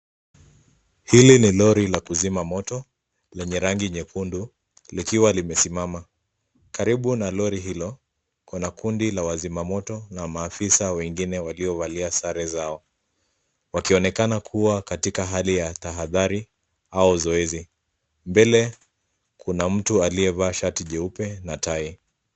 Hili ni lori la kuzima moto, lenye rangi nyekundu likiwa limesimama. Karibu na lori hilo kuna kundi la wazimamoto na maafisa wengine waliovalia sare zao, wakionekana kuwa katika hali ya tahadhari au zoezi. Mbele kuna mtu aliyevaa shati jeupe na tai.